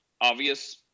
obvious